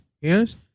Yes